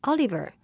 Oliver